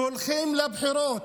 כשהולכים לבחירות,